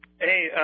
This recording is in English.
Hey